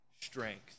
strength